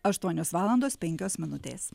aštuonios valandos penkios minutės